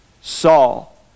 Saul